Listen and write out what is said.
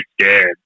scared